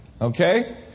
Okay